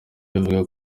bivugwa